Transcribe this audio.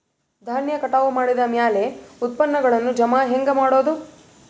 ಧಾನ್ಯ ಕಟಾವು ಮಾಡಿದ ಮ್ಯಾಲೆ ಉತ್ಪನ್ನಗಳನ್ನು ಜಮಾ ಹೆಂಗ ಮಾಡೋದು?